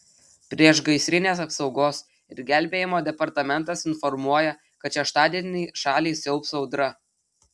priešgaisrinės apsaugos ir gelbėjimo departamentas informuoja kad šeštadienį šalį siaubs audra